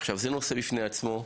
עכשיו זה נושא בפני עצמו,